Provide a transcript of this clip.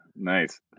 nice